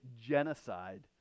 genocide